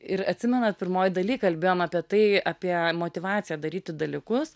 ir atsimenat pirmoj daly kalbėjom apie tai apie motyvaciją daryti dalykus